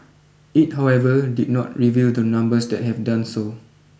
it however did not reveal the numbers that have done so